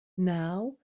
now